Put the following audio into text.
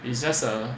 it's just a